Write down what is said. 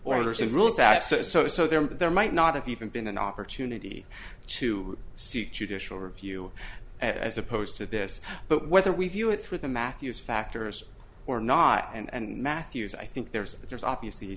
says so so there and there might not have even been an opportunity to see judicial review as opposed to this but whether we view it through the matthews factors or not and matthews i think there's there's obviously